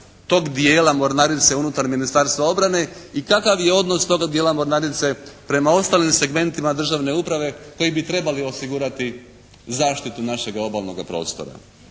tog dijela mornarice unutar Ministarstva obrane i kakav je odnos toga dijela mornarice prema ostalim segmentima državne uprave koji bi trebali osigurati zaštitu našeg obalnog prostora.